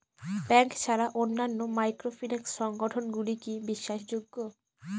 Bank ছাড়া অন্যান্য microfinance সংগঠন গুলি কি বিশ্বাসযোগ্য?